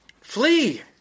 Flee